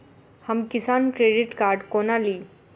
हम Kisan credit card कोना ली?